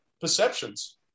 perceptions